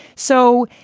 so,